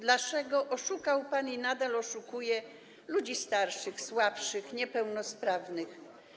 Dlaczego oszukał pan i nadal oszukuje ludzi starszych, słabszych, niepełnosprawnych?